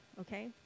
okay